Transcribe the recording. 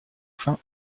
fin